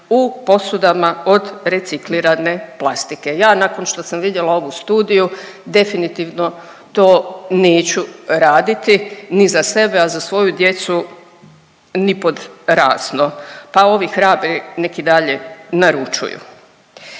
u posudama od reciklirane plastike. Ja nakon što sam vidjela ovu studiju definitivno to neću raditi ni za sebe, a za svoju djecu ni pod razno, pa ovi hrabri nek i dalje naručuju.